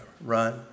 run